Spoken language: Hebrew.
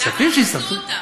כספים שהסתתרו?